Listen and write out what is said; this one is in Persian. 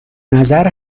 نظر